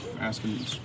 asking